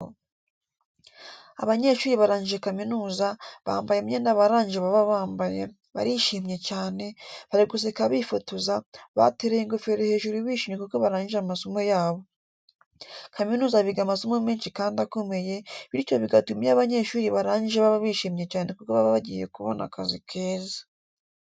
Abanyeshuri barangije kaminuza, bambaye imyenda abarangije baba bambaye, barishimye cyane, bari guseka bifotoza, batereye ingofero hejuru bishimye kuko barangije amasomo yabo. Kaminuza biga amasomo menshi kandi akomeye, bityo bigatuma iyo abanyeshuri barangije baba bishimye cyane kuko baba bagiye kubona akazi keza.